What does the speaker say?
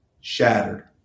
shattered